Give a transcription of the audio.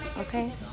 Okay